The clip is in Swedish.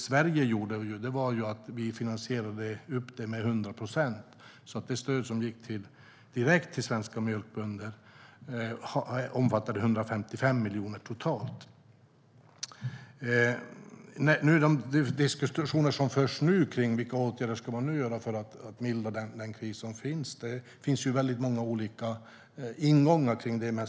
Sverige finansierade detta med 100 procent, och det stöd som gick direkt till svenska mjölkbönder omfattade 155 miljoner totalt. I de diskussioner som förs om vilka åtgärder man nu ska vidta för att mildra den kris som råder finns många olika ingångar.